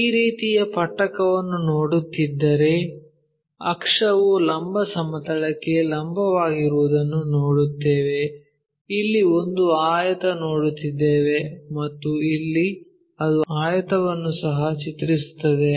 ಈ ರೀತಿಯ ಪಟ್ಟಕವನ್ನು ನೋಡುತ್ತಿದ್ದರೆ ಅಕ್ಷವು ಲಂಬ ಸಮತಲಕ್ಕೆ ಲಂಬವಾಗಿರುವುದನ್ನು ನೋಡುತ್ತೇವೆ ಇಲ್ಲಿ ಒಂದು ಆಯತ ನೋಡುತ್ತೇವೆ ಮತ್ತು ಇಲ್ಲಿ ಅದು ಆಯತವನ್ನು ಸಹ ಚಿತ್ರಿಸುತ್ತದೆ